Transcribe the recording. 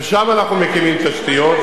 שגם שם אנחנו, אגב, מקימים תשתיות.